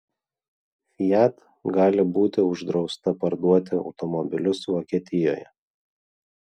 fiat gali būti uždrausta parduoti automobilius vokietijoje